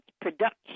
Production